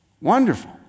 Wonderful